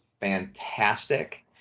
Fantastic